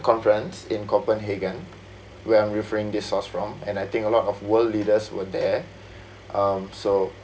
conference in copenhagen where I'm referring this source from and I think a lot of world leaders were there um so